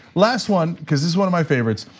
last one cuz this is one of my favorites.